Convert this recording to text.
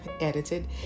edited